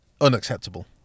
unacceptable